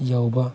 ꯌꯧꯕ